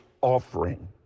offering